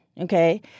okay